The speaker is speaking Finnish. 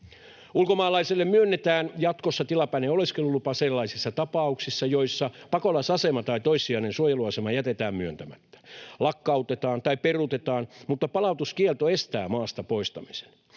Ulkomaalaiselle myönnetään jatkossa tilapäinen oleskelulupa sellaisissa tapauksissa, joissa pakolaisasema tai toissijainen suojeluasema jätetään myöntämättä, lakkautetaan tai peruutetaan mutta palautuskielto estää maasta poistamisen.